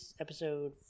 episode